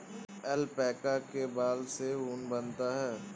alpaca के बाल से ऊन बनता है